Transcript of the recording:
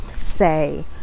say